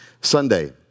Sunday